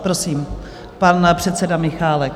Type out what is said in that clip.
Prosím, pan předseda Michálek.